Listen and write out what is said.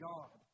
God